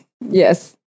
yes